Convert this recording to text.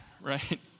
Right